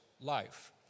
life